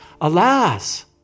alas